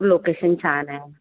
location छान आहे